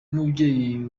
nk’umubyeyi